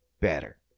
better